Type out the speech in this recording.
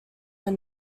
were